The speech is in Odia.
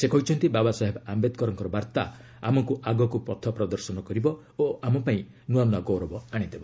ସେ କହିଛନ୍ତି ବାବାସାହେବ ଆୟେଦକରଙ୍କର ବାର୍ତ୍ତା ଆମକୁ ଆଗକୁ ପଥ ପ୍ରଦର୍ଶନ କରିବ ଓ ଆମପାଇଁ ନୂଆ ନୂଆ ଗୌରବ ଆଣିଦେବ